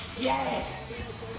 Yes